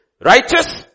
righteous